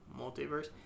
multiverse